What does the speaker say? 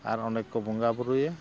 ᱟᱨ ᱚᱸᱰᱮᱠ ᱠᱚ ᱵᱚᱸᱜᱟ ᱵᱩᱨᱩᱭᱟ